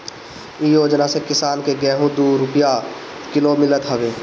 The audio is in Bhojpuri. इ योजना से किसान के गेंहू दू रूपिया किलो मितल हवे